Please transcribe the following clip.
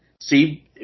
See